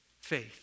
faith